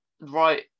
right